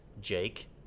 Jake